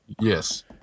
Yes